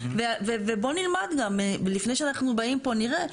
ובוא נלמד גם, לפני שאנחנו באים פה נראה.